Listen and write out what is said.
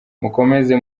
mukomeze